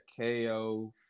KO